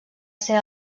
ser